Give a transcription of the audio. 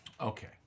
Okay